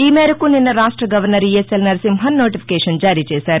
ఈమేరకు నిన్న రాష్ట గవర్నర్ ఇఎస్ఎల్ నరసింహన్ నోటిఫికేషన్ జారీ చేశారు